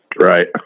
Right